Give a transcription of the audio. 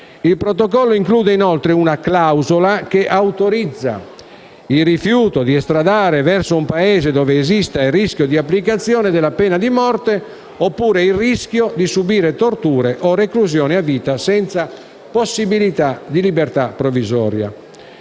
Il Protocollo include inoltre una clausola che autorizza il rifiuto di estradare verso un Paese dove esiste il rischio di applicazione della pena di morte oppure il rischio di subire torture o reclusione a vita senza possibilità di libertà provvisoria.